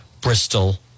Bristol